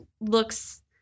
looks